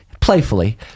Playfully